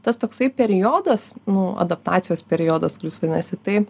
tas toksai periodas nu adaptacijos periodas kuris vadinasi tai